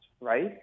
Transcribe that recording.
right